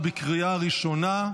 2024, בקריאה ראשונה.